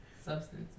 substance